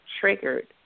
triggered